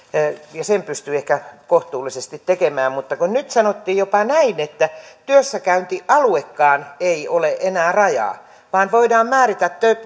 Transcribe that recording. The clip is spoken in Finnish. ja sen pystyy ehkä kohtuullisesti tekemään mutta kun nyt sanottiin jopa näin että työssäkäyntialuekaan ei ole enää raja vaan voidaan